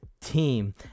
team